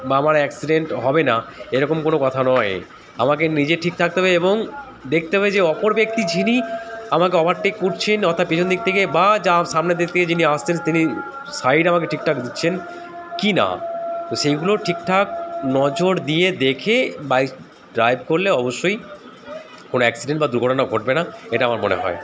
বা আমার অ্যাক্সিডেন্ট হবে না এরকম কোনো কথা নয় আমাকে নিজে ঠিক থাকতে হবে এবং দেখতে হবে যে অপর ব্যক্তি যিনি আমাকে ওভারটেক করছেন অর্থাৎ পিছন দিক থেকে বা যা সামনের দিক থেকে যিনি আসছেন তিনি সাইড আমাকে ঠিকঠাক দিচ্ছেন কি না তো সেইগুলো ঠিকঠাক নজর দিয়ে দেখে বাইক ড্রাইভ করলে অবশ্যই কোনো অ্যাক্সিডেন্ট বা দুর্ঘটনা ঘটবে না এটা আমার মনে হয়